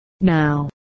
now